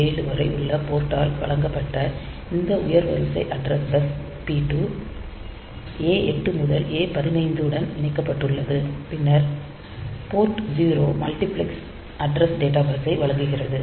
7 வரை உள்ள போர்ட் ஆல் வழங்கப்பட்ட இந்த உயர் வரிசை அட்ரஸ் பஸ் P2 A8 முதல் A15 உடன் இணைக்கப்பட்டுள்ளது பின்னர் போர்ட் 0 மல்டிபிளெக்ஸ் அட்ரஸ் டேட்டா பஸ்ஸை வழங்குகிறது